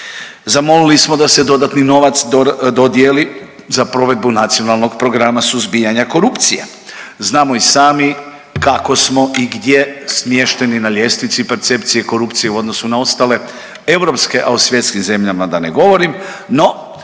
Zamolili smo da se dodatni novac dodijeli za provedbu Nacionalnog programa suzbijanja korupcije. Znamo i sami kako smo i gdje smješteni na ljestvici percepcije korupcije u odnosu na ostale europske, a o svjetskim zemljama da ne govorim. No,